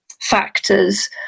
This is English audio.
factors